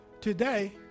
today